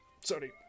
sorry